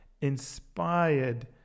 inspired